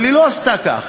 אבל היא לא עשתה כך.